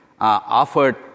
offered